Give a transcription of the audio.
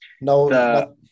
No